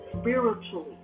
spiritually